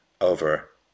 over